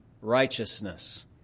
righteousness